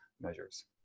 measures